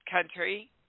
country